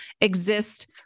exist